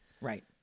Right